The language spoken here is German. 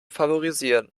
favorisieren